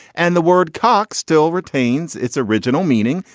and the word coxe still retains its original meaning,